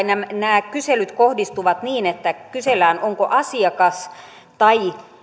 nämä nämä kyselyt kohdistuvat niin että kysellään onko asiakas tai